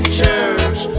church